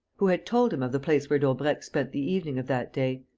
who had told him of the place where daubrecq spent the evening of that day?